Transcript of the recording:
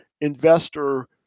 investor